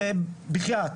בחיאת.